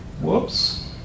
Whoops